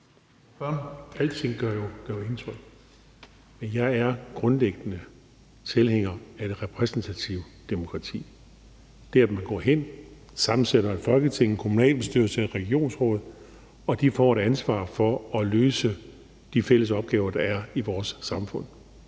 Alting gør jo indtryk, men jeg er grundlæggende tilhænger af det repræsentative demokrati. Det er der, vi går hen og sammensætter et Folketing og en kommunalbestyrelse og et regionsråd, og de får et ansvar for at løse de fælles opgaver, der er i vores samfund,